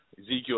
Ezekiel